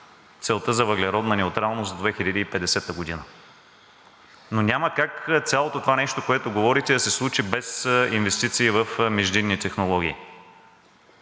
целта за въглеродна неутралност до 2050 г. Но няма как цялото това нещо, което говорите, да се случи без инвестиции в междинни технологии.